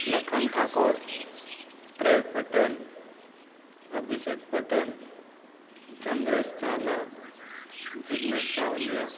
Lakhan Thakor Prey Patel Abhishek Patel Chandresh Jhala Jignesh Savaliya